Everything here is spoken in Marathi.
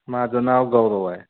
माझं नाव गौरव आहे